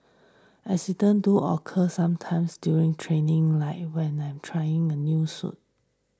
accidents do occur sometimes during training like when I'm trying a new suit